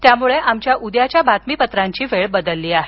त्यामुळे आमच्या उद्याच्या बातमीपत्राची वेळ बदलली आहे